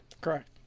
Correct